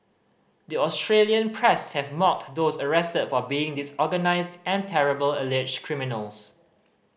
the Australian press have mocked those arrested for being disorganised and terrible alleged criminals